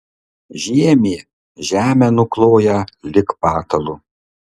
žiemė žemę nukloja lyg patalu